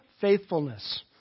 faithfulness